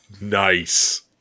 Nice